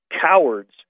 cowards